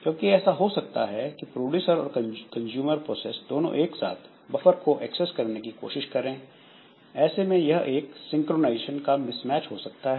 क्योंकि ऐसा हो सकता है की प्रोड्यूसर और कंजूमर प्रोसेस दोनों एक साथ बफर को एक्सेस करने की कोशिश करें ऐसे में यह एक सिंक्रनाइजेशन का मिसमैच हो सकता है